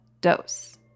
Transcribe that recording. dose